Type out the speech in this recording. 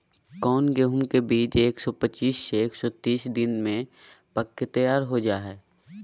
कौन गेंहू के बीज एक सौ पच्चीस से एक सौ तीस दिन में पक के तैयार हो जा हाय?